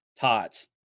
Tots